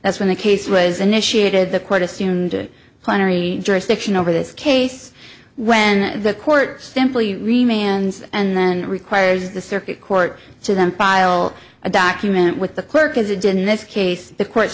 that's when the case was initiated the quote assumed it plenary jurisdiction over this case when the court simply remain ends and then requires the circuit court to them file a document with the clerk as it did in this case the court